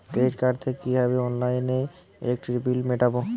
Credit card থেকে কিভাবে অনলাইনে ইলেকট্রিক বিল মেটাবো?